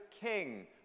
king